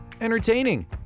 Entertaining